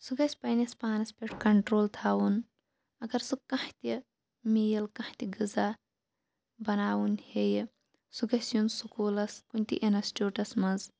سُہ گَژھِ پَنٕنِس پانَس پیٚٹھ کَنٹرول تھاوُن اگر سُہ کانٛہہ تہِ میٖل کانٛہہ تہِ غذا بَناوُن ہیٚیہِ سُہ گَژھِ یُن سکوٗلَس کُنہِ تہِ اِنسچوٗٹَس مَنٛز